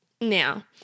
now